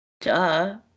duh